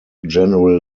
general